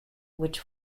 which